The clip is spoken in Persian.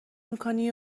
میکنی